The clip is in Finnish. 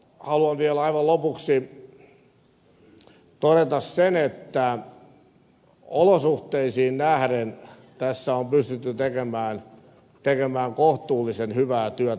haluan vielä aivan lopuksi todeta sen että olosuhteisiin nähden tässä on pystytty tekemään kohtuullisen hyvää työtä